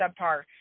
subpar